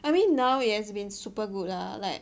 I mean now it has been super good lah like